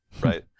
right